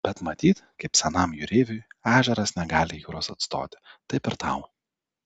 bet matyt kaip senam jūreiviui ežeras negali jūros atstoti taip ir tau